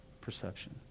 perception